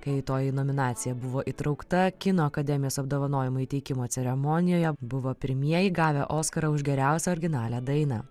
kai toji nominacija buvo įtraukta kino akademijos apdovanojimų įteikimo ceremonijoje buvo pirmieji gavę oskarą už geriausią originalią dainą